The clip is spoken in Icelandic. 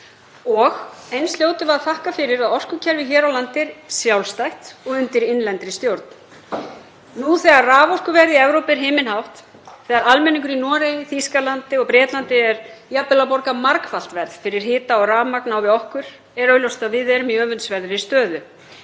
Eins hljótum við að þakka fyrir að orkukerfið hér á landi er sjálfstætt og undir innlendri stjórn. Nú þegar raforkuverð í Evrópu er himinhátt, þegar almenningur í Noregi, Þýskalandi og Bretlandi borgar jafnvel margfalt verð fyrir hita og rafmagn á við okkur, er augljóst að við erum í öfundsverðri stöðu.